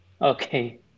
Okay